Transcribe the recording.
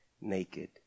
naked